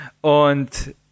und